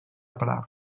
praga